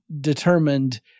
determined